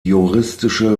juristische